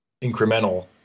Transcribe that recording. incremental